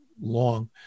long